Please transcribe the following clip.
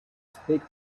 speak